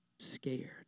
scared